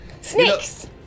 Snakes